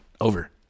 Over